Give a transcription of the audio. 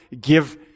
give